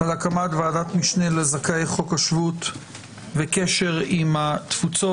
על הקמת ועדת משנה לזכאי חוק השבות וקשר עם התפוצות.